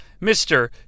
Mr